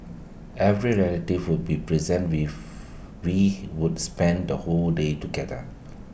every relative would be present rife we would spend the whole day together